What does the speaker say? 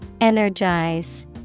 Energize